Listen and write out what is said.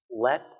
Let